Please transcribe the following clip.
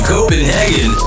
Copenhagen